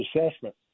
assessment